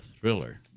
thriller